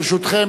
ברשותכם,